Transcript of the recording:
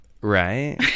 Right